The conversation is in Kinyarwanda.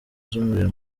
z’umuriro